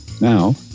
Now